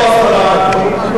איפה הסדרן?